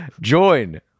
Join